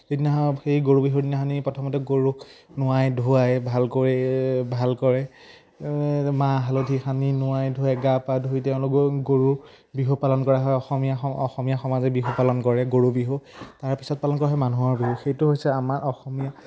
যিদিনাখন সেই গৰু বিহুৰ দিনাখন প্ৰথমতে গৰুক নোৱাই ধোৱাই ভাল কৰি ভাল কৰে মাহ হালধি সানি নোৱাই ধোৱাই গা পা ধুই তেওঁলোকেও গৰু বিহু পালন কৰা হয় অসমীয়া অসমীয়া সমাজে বিহু পালন কৰে গৰু বিহু তাৰপিছত পালন কৰা হয় মানুহৰ বিহু সেইটো হৈছে আমাৰ অসমীয়া